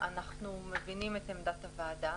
אנחנו מבינים את עמדת הוועדה